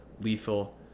lethal